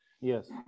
Yes